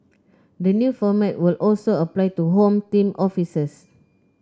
the new format will also apply to Home Team officers